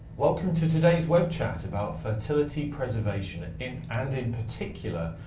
welcome to today's web chat about fertility preservation, and in and in particular,